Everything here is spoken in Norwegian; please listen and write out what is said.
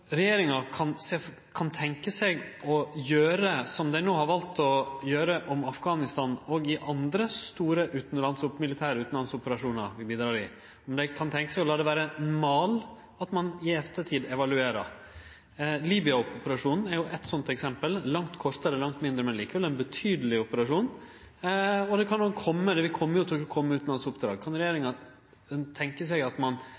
regjeringa tenkje seg, som dei nå har valt å gjere med tanke på Afghanistan, òg i andre store militære utanlandsoperasjonar vi bidreg i, å la det vere ein mal at ein i ettertid evaluerer? Libya-operasjonen er eit sånt eksempel. Det er ein langt kortare og langt mindre, men likevel betydeleg, operasjon, og det kjem jo til å kome utanlandsoppdrag. Kan regjeringa tenkje seg at ein